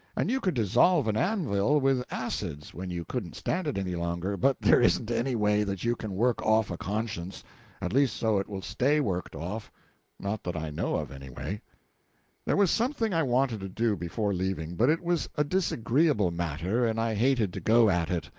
and you could dissolve an anvil with acids, when you couldn't stand it any longer but there isn't any way that you can work off a conscience at least so it will stay worked off not that i know of, anyway. there was something i wanted to do before leaving, but it was a disagreeable matter, and i hated to go at it.